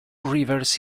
rivers